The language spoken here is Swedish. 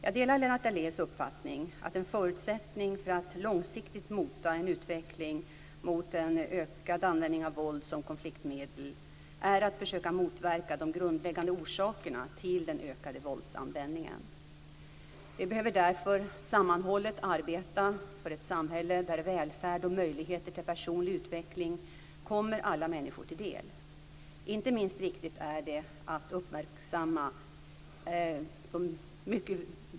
Jag delar Lennart Daléus uppfattning att en förutsättning för att långsiktigt mota en utveckling mot en ökad användning av våld som konfliktmedel är att försöka motverka de grundläggande orsakerna till den ökade våldsanvändningen. Vi behöver därför sammanhållet arbeta för ett samhälle där välfärd och möjligheter till personlig utveckling kommer alla människor till del.